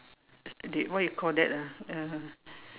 they what you call that ah uh